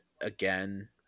again